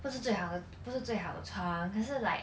不是最好的不是最好的床可是 like